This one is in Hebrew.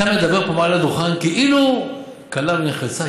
אתה מדבר פה מעל הדוכן כאילו כלה ונחרצה,